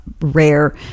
rare